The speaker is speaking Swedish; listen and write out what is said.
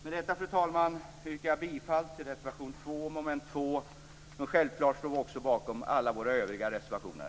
Med detta, fru talman, yrkar jag bifall till reservation 2 under mom. 2. Självfallet står vi också bakom alla våra övriga reservationer.